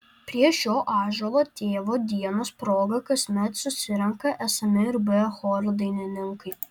prie šio ąžuolo tėvo dienos proga kasmet susirenka esami ir buvę choro dainininkai